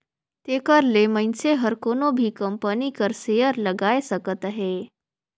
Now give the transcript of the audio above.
तेकर ले मइनसे हर कोनो भी कंपनी कर सेयर लगाए सकत अहे